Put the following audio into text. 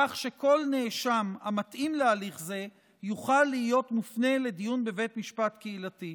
כך שכל נאשם המתאים להליך זה יוכל להיות מופנה לדיון בבית משפט קהילתי.